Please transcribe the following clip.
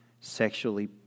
sexually